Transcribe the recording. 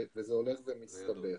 וזה הולך ומסתבך.